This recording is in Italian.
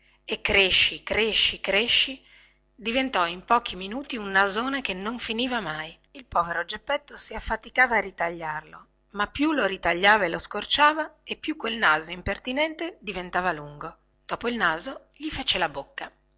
e cresci cresci cresci diventò in pochi minuti un nasone che non finiva mai il povero geppetto si affaticava a ritagliarlo ma più lo ritagliava e lo scorciva e più quel naso impertinente diventava lungo dopo il naso gli fece la bocca